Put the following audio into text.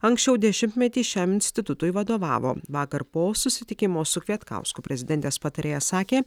anksčiau dešimtmetį šiam institutui vadovavo vakar po susitikimo su kvietkausku prezidentės patarėja sakė